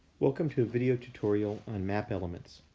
welcome to a video tutorial on map elements.